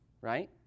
right